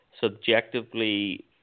subjectively